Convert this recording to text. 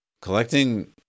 Collecting